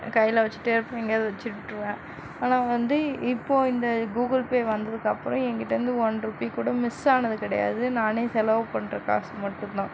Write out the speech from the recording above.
கையில் வச்சுட்டு இருப்பேன் எங்கேயாவுது வச்சு விட்ருவேன் ஆனால் வந்து இப்போது இந்த கூகுள் பே வந்ததுக்கப்புறம் என்கிட்டேருந்து ஒன் ருப்பீ கூட மிஸ் ஆனது கிடையாது நானே செலவு பண்ணுற காசு மட்டும்தான்